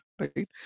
right